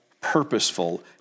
purposeful